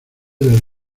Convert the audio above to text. del